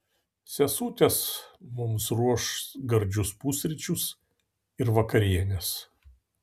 sesutės mums ruoš gardžius pusryčius ir vakarienes